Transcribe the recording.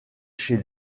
chez